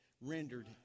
rendered